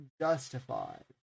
Justified